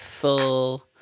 full